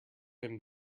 him